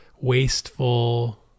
wasteful